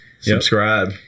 Subscribe